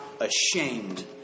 ashamed